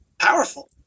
powerful